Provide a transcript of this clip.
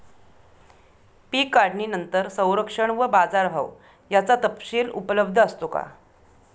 पीक काढणीनंतर संरक्षण व बाजारभाव याचा तपशील उपलब्ध असतो का?